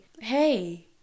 Hey